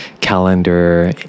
calendar